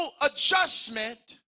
adjustment